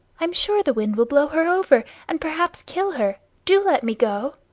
i'm sure the wind will blow her over, and perhaps kill her. do let me go.